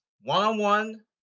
One-on-one